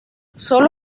solo